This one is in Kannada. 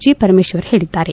ಜಿ ಪರಮೇಶ್ವರ್ ಹೇಳಿದ್ದಾರೆ